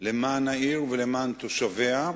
למען העיר ולמען תושביה,